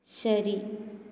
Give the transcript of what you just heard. ശരി